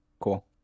cool